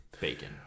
Bacon